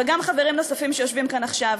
וגם חברים נוספים שיושבים כאן עכשיו,